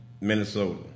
Minnesota